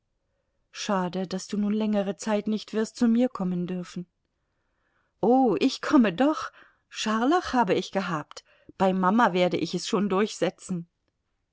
schade daß du nun längere zeit nicht wirst zu mir kommen dürfen oh ich komme doch scharlach habe ich gehabt bei mama werde ich es schon durchsetzen